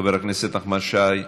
חבר הכנסת נחמן שי,